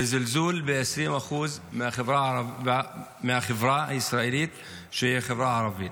זה זלזול ב-20% מהחברה הישראלית שהיא החברה הערבית.